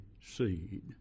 seed